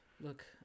Look